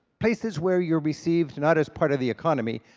places where you're received not as part of the economy,